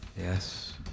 Yes